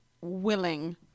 willing